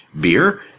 beer